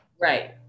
Right